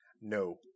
No